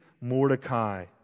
Mordecai